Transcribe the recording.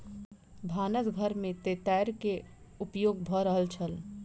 भानस घर में तेतैर के उपयोग भ रहल छल